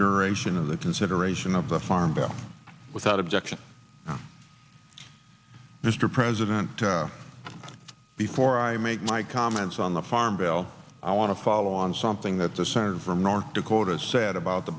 duration of the consideration of the farm bill without objection mr president before i make my comments on the farm bill i want to follow on something that the senator from north dakota said about the